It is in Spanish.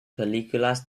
películas